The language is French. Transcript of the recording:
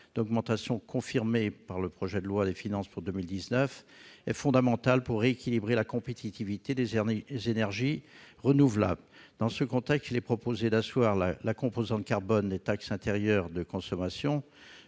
d'augmentation, confirmée par le projet de loi de finances pour 2019, est fondamentale pour rééquilibrer la compétitivité des énergies renouvelables. Dans ce contexte, il est proposé d'asseoir la composante carbone des taxes intérieures de consommation